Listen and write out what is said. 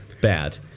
bad